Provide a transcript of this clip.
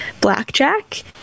blackjack